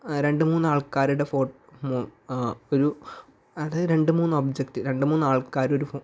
രണ്ടു മൂന്നു ആൾക്കാരുടെ ഫോട്ടോ ഒരു രണ്ടു മൂന്ന് ഒബ്ജക്റ്റ് രണ്ടു മൂന്ന് ആൾക്കാർ ഒരു